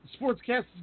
SportsCast